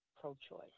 pro-choice